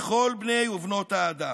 לכל בני ובנות האדם.